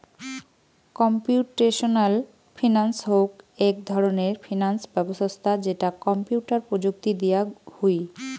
computational finance হউক এক ধরণের ফিনান্স ব্যবছস্থা যেটা কম্পিউটার প্রযুক্তি দিয়া হুই